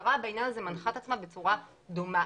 המשטרה בעניין הזה מנחה את עצמה בצורה דומה.